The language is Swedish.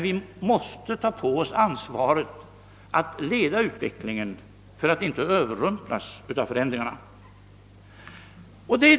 Vi måste ta på oss ansvaret att leda utvecklingen, så att vi inte överrumplas av förändringarna.